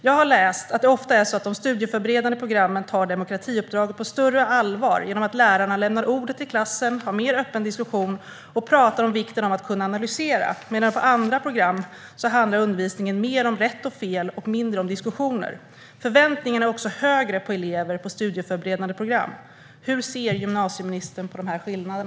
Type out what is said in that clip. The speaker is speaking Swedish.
Jag har läst att det ofta är så att de studieförberedande programmen tar demokratiuppdraget på större allvar genom att lärarna lämnar ordet till klassen, har mer öppen diskussion och pratar om vikten av att kunna analysera, medan undervisningen på andra program handlar mer om rätt och fel och mindre om diskussioner. Förväntningarna är också högre på elever på studieförberedande program. Hur ser gymnasieministern på dessa skillnader?